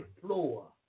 floor